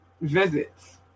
visits